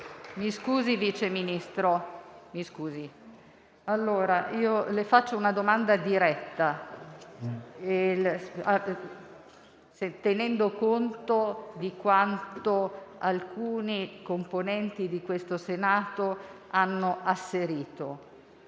finestra"). Vice ministro Misiani, io le pongo una domanda diretta, tenendo conto di quanto alcuni componenti di questo Senato hanno asserito: